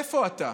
איפה אתה?